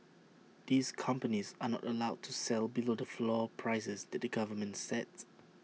these companies are not allowed to sell below the floor prices that the government sets